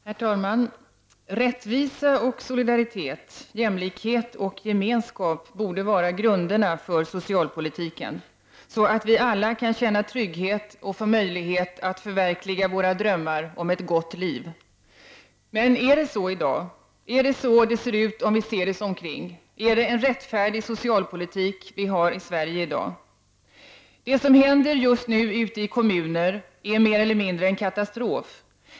Herr talman! Rättvisa och solidaritet, jämlikhet och gemenskap borde vara grunderna för socialpolitiken, så att vi alla kan känna trygghet och få möjlighet att förverkliga våra drömmar om ett gott liv. Men är det så i dag? Är det så det ser ut om vi ser oss omkring? Är det en rättfärdig socialpolitik vi har i Sverige i dag? Det som händer just nu ute i kommunerna är mer eller mindre en katastrof.